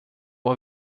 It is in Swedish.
vad